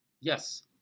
yes